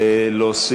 אדוני